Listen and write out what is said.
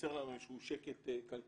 מייצר לנו איזה שהוא שקט כלכלי,